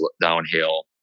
downhill